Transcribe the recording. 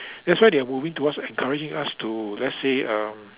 that's why they are moving towards encouraging us to let's say uh